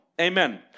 Amen